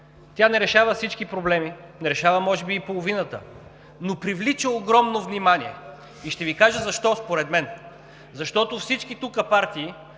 тя не решава всички проблеми, не решава може би и половината, но привлича огромно внимание. Ще Ви кажа защо според мен. Защото всички партии